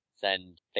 Send